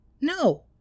No